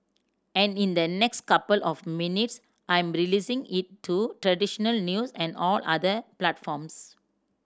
and in the next couple of minutes I'm releasing it to traditional news and all other platforms